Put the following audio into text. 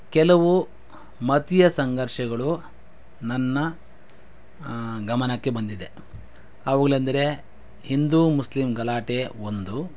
ಕೆಲವು ಮತೀಯ ಸಂಘರ್ಷಗಳು ನನ್ನ ಗಮನಕ್ಕೆ ಬಂದಿದೆ ಅವುಗಳೆಂದ್ರೆ ಹಿಂದೂ ಮುಸ್ಲಿಂ ಗಲಾಟೆ ಒಂದು